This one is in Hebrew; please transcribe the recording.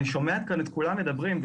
אני שומע כאן את כולם מדברים.